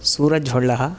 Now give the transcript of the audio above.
Suraj होळ्ळः